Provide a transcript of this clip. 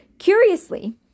Curiously